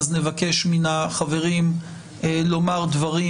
נבקש מהחברים לומר את הדברים